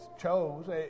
chose